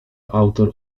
autor